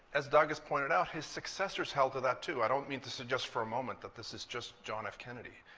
as doug has pointed out, his successors held to that too. i don't mean to suggest for a moment that this is just john f kennedy.